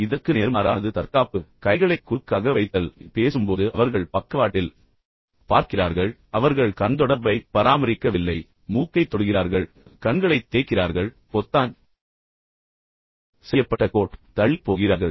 இதற்கு நேர்மாறானது தற்காப்பு கைகளைத் குறுக்காக வைத்தல் பின்னர் பேசும்போது அவர்கள் பக்கவாட்டில் பார்க்கிறார்கள் அவர்கள் கண் தொடர்பைப் பராமரிக்கவில்லை மூக்கைத் தொடுகிறார்கள் அல்லது தேய்க்கிறார்கள் கண்களைத் தேய்க்கிறார்கள் பொத்தான் செய்யப்பட்ட கோட் தள்ளிப் போகிறார்கள்